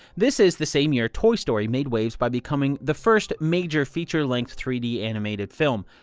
this is the same year toy story made waves by becoming the first major feature-length three d animated film.